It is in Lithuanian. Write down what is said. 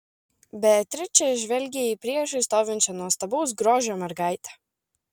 beatričė žvelgė į priešais stovinčią nuostabaus grožio mergaitę